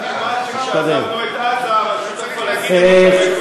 כשעזבנו את עזה הרשות הפלסטינית,